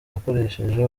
yakoresheje